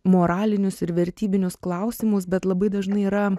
moralinius ir vertybinius klausimus bet labai dažnai yra